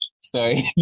Sorry